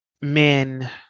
men